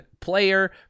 player